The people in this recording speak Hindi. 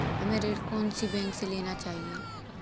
हमें ऋण कौन सी बैंक से लेना चाहिए?